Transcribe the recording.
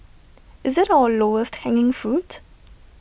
is IT our lowest hanging fruit